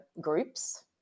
groups